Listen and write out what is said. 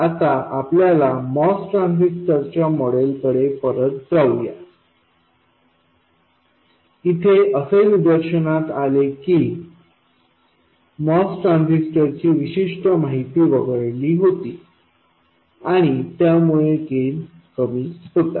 आता आपण MOS ट्रान्झिस्टरच्या मॉडेलकडे परत जाऊया इथे असे निदर्शनास आले की आपण MOS ट्रान्झिस्टरची विशिष्ट माहिती वगळली होती आणि त्यामुळे गेन कमी होतो